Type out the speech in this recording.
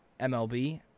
mlb